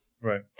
right